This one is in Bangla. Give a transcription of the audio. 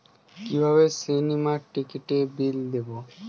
কিভাবে সিনেমার টিকিটের বিল দেবো?